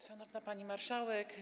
Szanowna Pani Marszałek!